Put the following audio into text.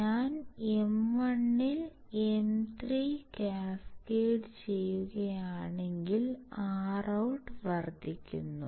ഞാൻ M1 ൽ M3 cascade ചെയ്യുകയാണെങ്കിൽ ROUT വർദ്ധിക്കുന്നു